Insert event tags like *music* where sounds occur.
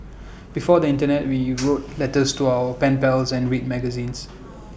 before the Internet we *noise* wrote letters to our pen pals and read magazines